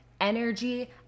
energy